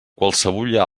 qualsevulla